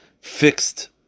fixed